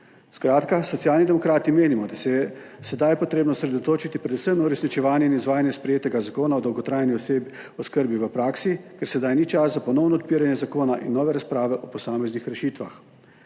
Skratka, Socialni demokrati menimo, da se je sedaj potrebno osredotočiti predvsem na uresničevanje in izvajanje sprejetega Zakona o dolgotrajni oskrbi v praksi, ker sedaj ni čas za ponovno odpiranje zakona in nove razprave o posameznih rešitvah